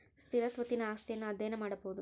ಸ್ಥಿರ ಸ್ವತ್ತಿನ ಆಸ್ತಿಯನ್ನು ಅಧ್ಯಯನ ಮಾಡಬೊದು